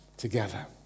together